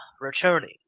returning